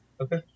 Okay